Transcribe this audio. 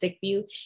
View